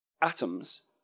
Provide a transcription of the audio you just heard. atoms